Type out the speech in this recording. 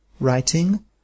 Writing